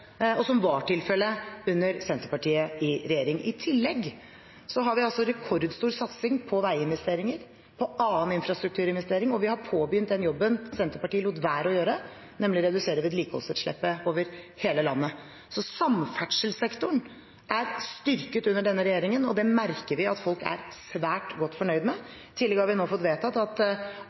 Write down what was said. og som var tilfellet, under Senterpartiet i regjering. I tillegg har vi en rekordstor satsing på veiinvesteringer og annen infrastrukturinvestering, og vi har påbegynt den jobben Senterpartiet lot være å gjøre, nemlig å redusere vedlikeholdsetterslepet over hele landet. Så samferdselssektoren er styrket under denne regjeringen, og det merker vi at folk er svært godt fornøyd med. I tillegg har vi nå fått vedtatt at